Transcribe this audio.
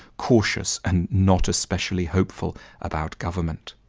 cautious and not especially hopeful about goverment.